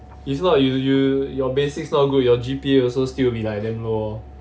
it's not you you your basics not good your G_P_A also still be like damn low lor